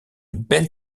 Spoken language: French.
belles